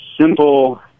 simple